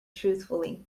truthfully